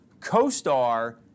CoStar